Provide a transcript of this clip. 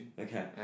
Okay